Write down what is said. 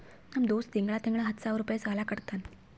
ನಮ್ ದೋಸ್ತ ತಿಂಗಳಾ ತಿಂಗಳಾ ಹತ್ತ ಸಾವಿರ್ ರುಪಾಯಿ ಸಾಲಾ ಕಟ್ಟತಾನ್